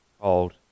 called